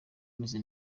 umeze